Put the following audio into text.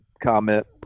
comment